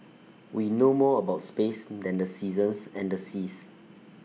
we know more about space than the seasons and the seas